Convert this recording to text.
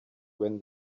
when